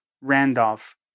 Randolph